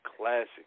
classic